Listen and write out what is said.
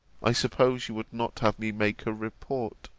i suppose you would not have me make a report